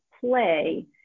play